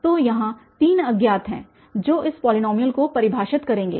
तो यहाँ तीन अज्ञात हैं जो इस पॉलीनॉमियल को परिभाषित करेंगे